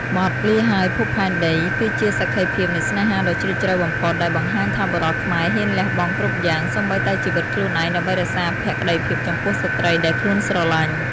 បទ "លាហើយភពផែនដី" គឺជាសក្ខីភាពនៃស្នេហាដ៏ជ្រាលជ្រៅបំផុត ដែលបង្ហាញថាបុរសខ្មែរហ៊ានលះបង់គ្រប់យ៉ាង សូម្បីតែជីវិតខ្លួនឯង ដើម្បីរក្សាភក្តីភាពចំពោះស្រ្តីដែលខ្លួនស្រឡាញ់។